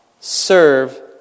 serve